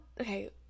Okay